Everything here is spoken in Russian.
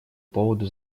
поводу